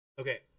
Okay